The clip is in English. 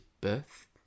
birth